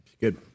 Good